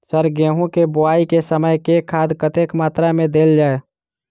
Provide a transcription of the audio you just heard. Sir गेंहूँ केँ बोवाई केँ समय केँ खाद कतेक मात्रा मे देल जाएँ?